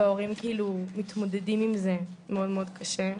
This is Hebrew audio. ההורים מתמודדים עם זה מאוד קשה.